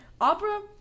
opera